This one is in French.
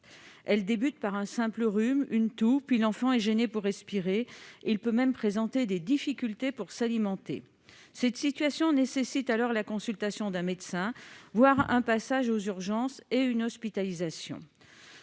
Elle commence par un simple rhume, une toux, et se poursuit par une gêne respiratoire. L'enfant peut même présenter des difficultés pour s'alimenter. Cette situation nécessite alors la consultation d'un médecin, voire un passage aux urgences et une hospitalisation.